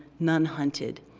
none hunted,